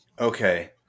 Okay